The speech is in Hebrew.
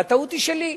והטעות היא שלי.